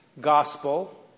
gospel